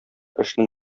эшнең